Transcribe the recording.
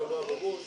הנפש?